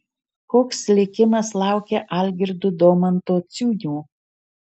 koks likimas laukia algirdo domanto ciūnio